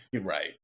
Right